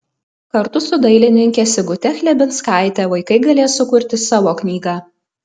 kartu su dailininke sigute chlebinskaite vaikai galės sukurti savo knygą